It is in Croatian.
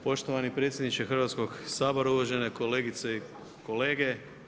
Poštovani predsjedniče Hrvatskog sabora, uvažene kolegice i kolege.